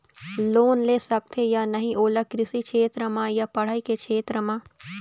Loan ले सकथे या नहीं ओला कृषि क्षेत्र मा या पढ़ई के क्षेत्र मा?